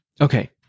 Okay